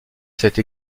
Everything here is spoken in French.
cette